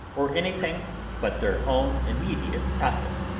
or anything but their own immediate profit.